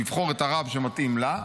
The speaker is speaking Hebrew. לבחור את הרב שמתאים לה.